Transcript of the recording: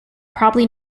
probably